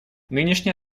нынешняя